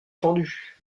fendue